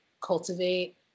cultivate